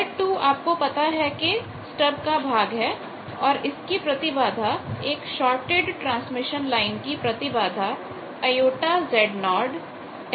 z2 आपको पता है कि स्टब का भाग है और इसकी प्रतिबाधा एक शॉर्टेड ट्रांसमिशन लाइन की प्रतिबाधा j Z0 tan βl है